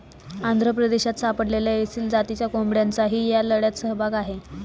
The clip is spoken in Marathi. आंध्र प्रदेशात सापडलेल्या एसील जातीच्या कोंबड्यांचाही या लढ्यात सहभाग आहे